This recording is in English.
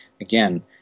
again